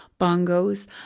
bongos